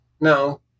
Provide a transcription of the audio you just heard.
no